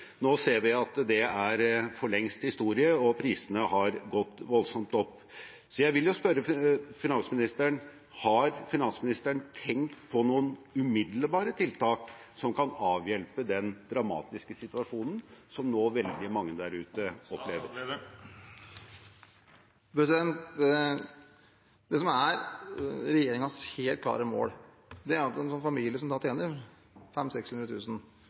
Nå ser vi at det for lengst er historie, og prisene har gått voldsomt opp. Jeg vil spørre finansministeren: Har finansministeren tenkt på noen umiddelbare tiltak som kan avhjelpe den dramatiske situasjonen veldig mange der ute nå står i? Det som er regjeringens helt klare mål, er at en familie som